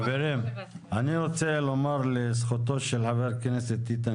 אני רוצה לומר לזכותו של חבר הכנסת איתן